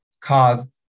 cause